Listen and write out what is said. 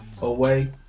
away